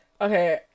Okay